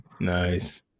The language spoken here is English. Nice